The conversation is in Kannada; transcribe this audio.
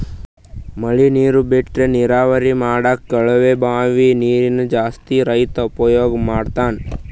ಮಳಿ ನೀರ್ ಬಿಟ್ರಾ ನೀರಾವರಿ ಮಾಡ್ಲಕ್ಕ್ ಕೊಳವೆ ಬಾಂಯ್ ನೀರ್ ಜಾಸ್ತಿ ರೈತಾ ಉಪಯೋಗ್ ಮಾಡ್ತಾನಾ